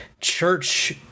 church